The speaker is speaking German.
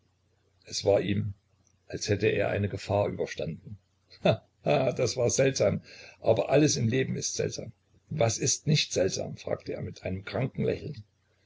es war ihm als hätte er eine gefahr überstanden he he das war seltsam aber alles im leben ist seltsam was ist nicht seltsam fragte er mit einem kranken lächeln